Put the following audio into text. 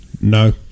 No